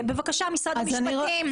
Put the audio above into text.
בבקשה, משרד המשפטים.